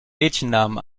mädchennamen